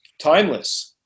timeless